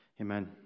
Amen